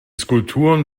skulpturen